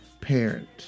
parent